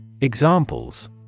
Examples